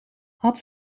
had